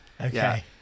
Okay